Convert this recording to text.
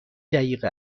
دقیقه